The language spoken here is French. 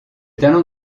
talents